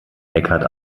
eckhart